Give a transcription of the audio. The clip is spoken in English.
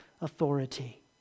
authority